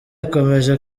ikomeje